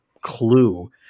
clue